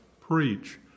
preach